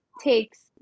takes